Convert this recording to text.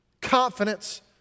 confidence